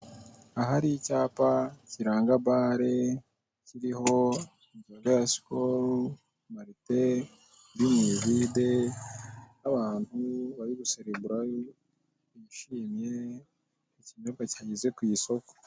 Ahari icyapa kiranga bare kiriho inzoga ya sikolo malite iri mu ivide n'abantu bari guserebura bishimye ikinyobwa gikunyuze ku isoko.